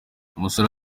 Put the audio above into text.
umusore